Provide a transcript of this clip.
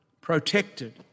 protected